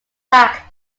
back